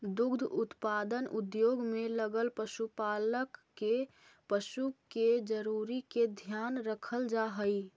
दुग्ध उत्पादन उद्योग में लगल पशुपालक के पशु के जरूरी के ध्यान रखल जा हई